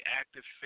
active